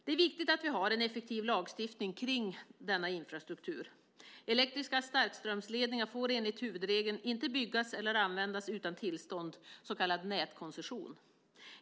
Det är viktigt att vi har en effektiv lagstiftning kring denna infrastruktur. Elektriska starkströmsledningar får enligt huvudregeln inte byggas eller användas utan tillstånd, så kallad nätkoncession.